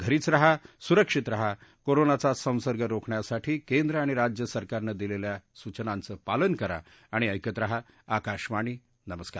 घरीच रहा सुरक्षित रहा कोरोनाचा संसर्ग रोखण्यासाठी केंद्र आणि राज्य सरकारनं दिलेल्या सूचनांचं पालन करा आणि ऐकत रहा आकाशवाणी नमस्कार